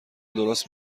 درست